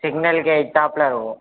சிக்னலுக்கு எதித்தாப்பில் வரும்